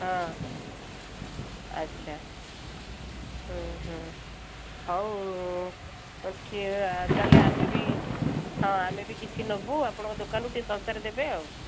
ହଁ ଆଚ୍ଛା ହଉ ଠିକ୍ ତାହେଲେ ଆମେ ବି ହଁ ଆମେ ବି କିଛି ନବୁ ଆପଣଙ୍କ ଦୋକାନରୁ ଟିକେ ଶସ୍ତାରେ ଦେବେ ଆଉ